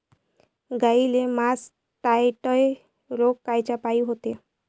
गाईले मासटायटय रोग कायच्यापाई होते?